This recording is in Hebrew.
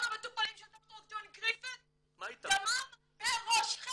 כל המטופלים של ד"ר ג'וני גרינפלד דמם בראשכם.